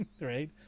right